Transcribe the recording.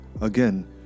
Again